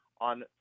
on